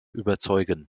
überzeugen